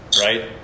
right